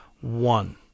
one